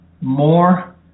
more